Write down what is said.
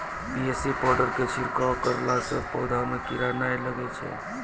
BAC powder के छिड़काव करला से पौधा मे कीड़ा नैय लागै छै?